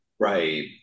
Right